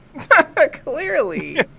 Clearly